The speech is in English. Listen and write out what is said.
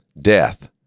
Death